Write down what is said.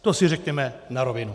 To si řekněme na rovinu.